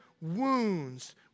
wounds